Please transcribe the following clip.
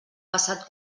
passat